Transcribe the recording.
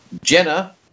Jenna